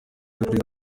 afitiye